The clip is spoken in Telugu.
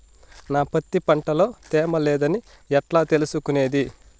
నా పత్తి పంట లో తేమ లేదని ఎట్లా తెలుసుకునేది?